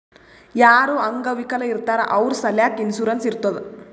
ಯಾರು ಅಂಗವಿಕಲ ಇರ್ತಾರ್ ಅವ್ರ ಸಲ್ಯಾಕ್ ಇನ್ಸೂರೆನ್ಸ್ ಇರ್ತುದ್